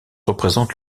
représente